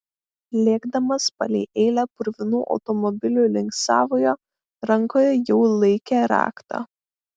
lėkdamas palei eilę purvinų automobilių link savojo rankoje jau laikė raktą